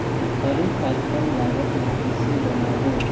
हरी खाद कम लागत मे कइसे बनाबो?